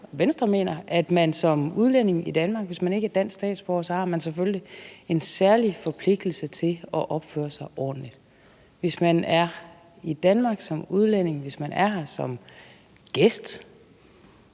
Venstre mener, at man som udlænding i Danmark, hvis man ikke er dansk statsborger, selvfølgelig har en særlig forpligtigelse til at opføre sig ordentligt. Hvis man er i Danmark som udlænding, hvis man er her som gæst,